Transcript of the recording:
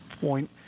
point